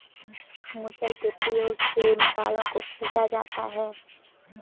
मुसल के प्रयोग से मसालों को कूटा जाता है